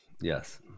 Yes